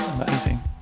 Amazing